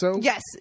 Yes